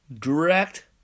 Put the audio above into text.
direct